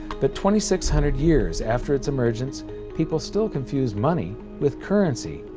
but twenty six hundred years after its emergence people still confuse money with currency.